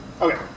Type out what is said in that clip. Okay